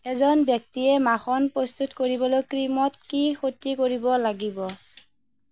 এজন ব্যক্তিয়ে মাখন প্ৰস্তুত কৰিবলৈ ক্ৰীমত কি ক্ষতি কৰিব লাগিব